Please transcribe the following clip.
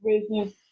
business